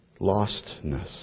lostness